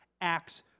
acts